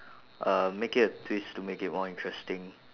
uh make it a twist to make it more interesting